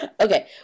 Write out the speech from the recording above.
okay